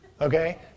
Okay